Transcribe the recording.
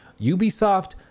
Ubisoft